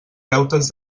deutes